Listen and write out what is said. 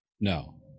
No